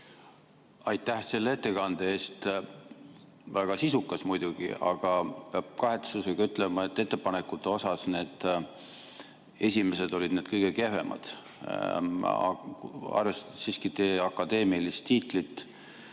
Aitäh selle ettekande eest! Väga sisukas muidugi, aga peab kahetsusega ütlema, et ettepanekutest olid need esimesed kõige kehvemad. Arvestades teie akadeemilist tiitlit